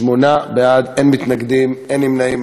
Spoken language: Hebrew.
שמונה בעד, אין מתנגדים, אין נמנעים.